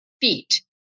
feet